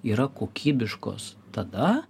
yra kokybiškos tada